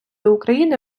україни